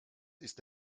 ist